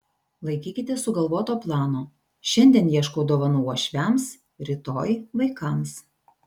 laikykitės sugalvoto plano šiandien ieškau dovanų uošviams rytoj vaikams